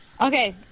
Okay